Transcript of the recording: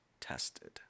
tested